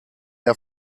der